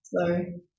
sorry